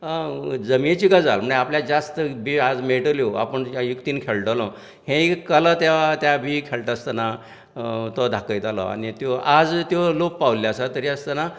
जमेची गजाल म्हळ्यार आपल्याक जास्त बियो आज मेळटल्यो आपूण ह्या युक्तीन खेळटलो हेंय कला त्या त्या बीक खेळटा आसतना तो दाखयतालो आनीक त्यो आज त्यो लोक पावल्यो आसात तरी आसतना